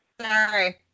sorry